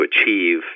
achieve